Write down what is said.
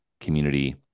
community